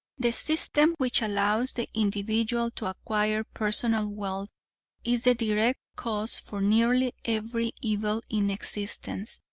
the system which allows the individual to acquire personal wealth is the direct cause for nearly every evil in existence.